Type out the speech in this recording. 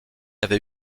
avait